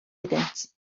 iddynt